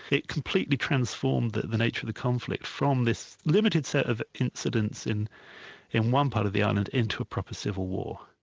it completely transformed the the nature of the conflict, from this limited set of incidents in in one part of the island into a proper civil war.